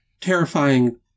terrifying